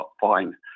fine